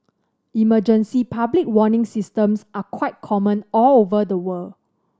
emergency public warning systems are quite common all over the world